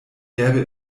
gäbe